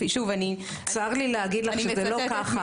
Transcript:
צר לי להגיד לך שזה לא כך.